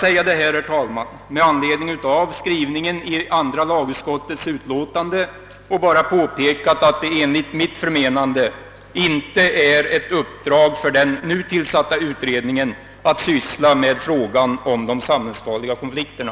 Jag har velat framhålla detta med anledning av skrivningen i andra lagutskottets föreliggande utlåtande och har bara påpekat att det enligt mitt förmenande inte är ett uppdrag för den nu tillsatta utredningen att ta upp frågan om de samhällsfarliga konflikterna.